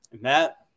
Matt